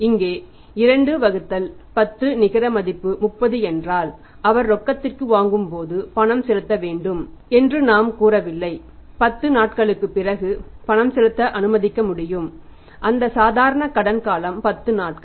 இங்கே 2 வகுத்தல் 10 நிகர மதிப்பு 30 என்றால் அவர் ரொக்கத்திற்கு வாங்கும் போது பணம் செலுத்த வேண்டும் என்று நாம் கூறவில்லை 10 நாட்களுக்குப் பிறகு பணம் செலுத்த அனுமதிக்க முடியும் அந்த சாதாரண கடன் காலம் 10 நாட்கள்